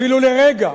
אפילו לרגע,